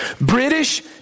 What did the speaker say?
British